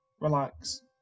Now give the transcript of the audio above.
relax